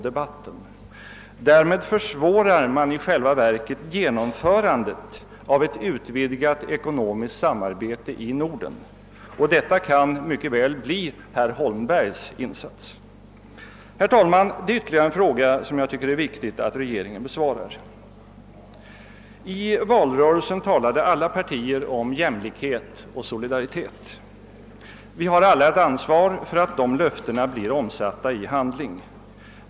Därmed försvårar man i själva verket genomförandet av ett utvidgat ekonomiskt samarbete i Norden. Detta kan mycket väl bli herr Holmbergs insats. Herr talman! Det finns ytterligare en fråga som det enligt min mening är viktigt att regeringen besvarar. I valrörelsen talade alla partier om jämlikhet och solidaritet. Vi har alla ett ansvar för att dessa löften blir omsatta i handling.